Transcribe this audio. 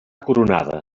coronada